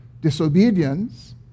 disobedience